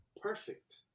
Perfect